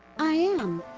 i am.